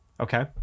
Okay